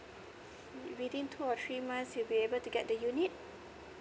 within two or three months you'll be able to get the unit